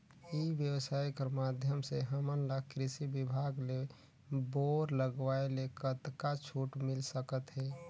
ई व्यवसाय कर माध्यम से हमन ला कृषि विभाग ले बोर लगवाए ले कतका छूट मिल सकत हे?